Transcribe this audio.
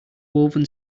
woven